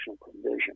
provision